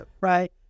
right